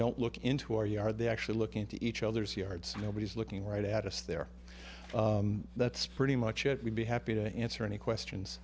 don't look into our yard they actually look into each other's yards nobody's looking right at us there that's pretty much it would be happy to answer any questions